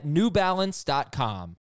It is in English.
NewBalance.com